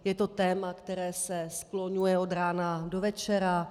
Je to téma, které se skloňuje od rána do večera.